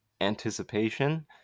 anticipation